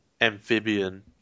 amphibian